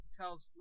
tells